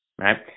right